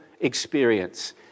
experience